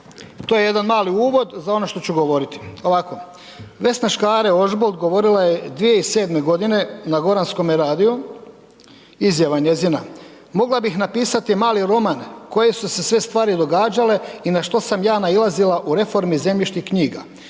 to je jedan mali uvod za ono što ću govoriti. Ovako, Vesna Škare Ožbolt govorila je 2007. godine na Goranskome radiju, izjava njezina. Mogla bih napisati mali roman koje su se sve stvari događale i na što sam ja nailazila u reformi zemljišnih knjiga,